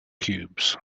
cubes